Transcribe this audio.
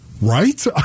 right